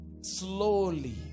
slowly